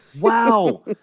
wow